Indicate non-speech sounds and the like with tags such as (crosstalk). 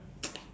(noise)